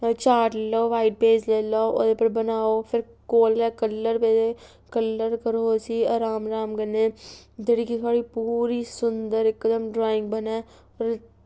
चार लेई लैओ व्हाईट पेज लेई लैओ बनाओ ते फिर बी कलर पाओ कलर करो उसी आराम आराम कन्नै उद्धर कि पूरी सुंदर ड्राईंग बने होर